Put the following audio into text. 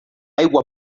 aigua